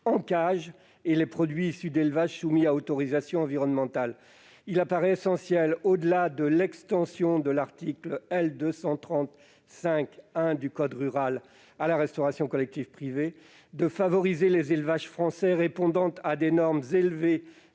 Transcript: en cage et d'élevage soumis à autorisation environnementale. Il apparaît essentiel, au-delà de l'extension de l'article L. 230-5-1 du code rural et de la pêche maritime à la restauration collective privée, de favoriser les élevages français répondant à des normes élevées